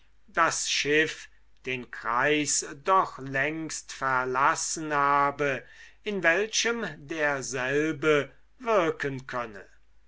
das schiff den kreis doch längst verlassen habe in welchem derselbe wirken könne